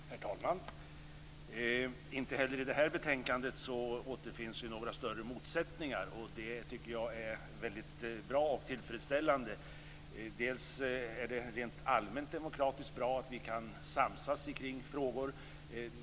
Herr talman! Inte heller i det här betänkandet återspeglas några större motsättningar, och jag tycker att det är väldigt tillfredsställande. Det är bra bl.a. rent allmänt demokratiskt att vi kan samsas i olika frågor.